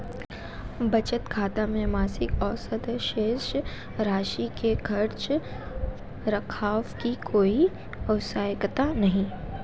बचत खाते में मासिक औसत शेष राशि के रख रखाव की कोई आवश्यकता नहीं